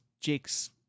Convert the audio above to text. Jake's